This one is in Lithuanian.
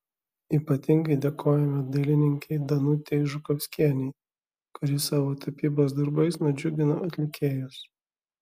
ypatingai dėkojame dailininkei danutei žukovskienei kuri savo tapybos darbais nudžiugino atlikėjus